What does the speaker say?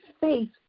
faith